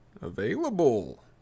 available